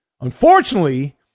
Unfortunately